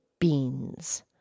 beans